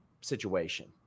situation